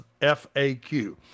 FAQ